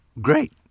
Great